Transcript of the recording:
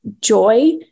joy